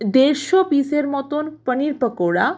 দেড়শো পিসের মতন পানীর পাকোড়া